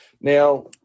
Now